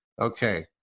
Okay